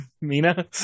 Mina